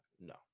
no